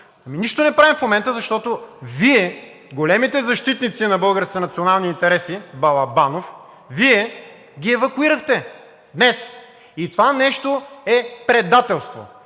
нищо не правим в момента, защото Вие, големите защитници на българските национални интереси, Балабанов, ги евакуирахте днес. И това нещо е предателство!